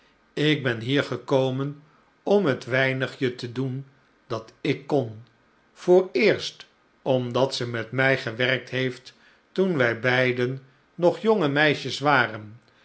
ik ben hier gekomen om het weinigje te doen dat ik kon vooreerst omdat ze met mij gewerkt heeft toen wij beiden nog jonge meisjes waren